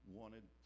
wanted